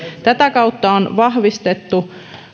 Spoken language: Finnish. tätä kautta on vahvistettu